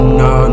no